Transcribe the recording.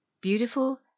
Beautiful